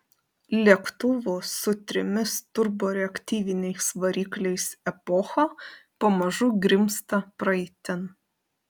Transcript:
lėktuvų su trimis turboreaktyviniais varikliais epocha pamažu grimzta praeitin